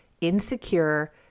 insecure